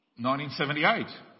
1978